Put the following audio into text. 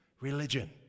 Religion